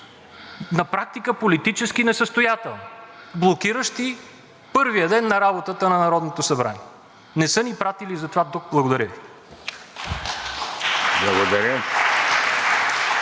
на практика политически несъстоятелни, блокиращи първия ден от работата на Народното събрание. Не са ни пратили за това тук! Благодаря Ви.